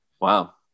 Wow